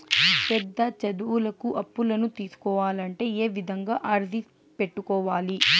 పెద్ద చదువులకు అప్పులను తీసుకోవాలంటే ఏ విధంగా అర్జీ పెట్టుకోవాలి?